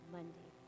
Monday